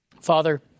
Father